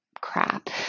crap